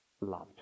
loved